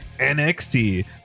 NXT